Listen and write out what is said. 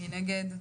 מי נגד?